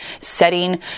setting